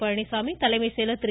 பழனிசாமி தலைமை செயலர் திரு